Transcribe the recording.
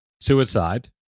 suicide